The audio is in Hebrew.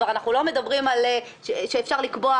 אנחנו כבר לא מדברים על כך שאפשר לקבוע